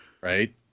right